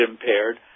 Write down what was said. impaired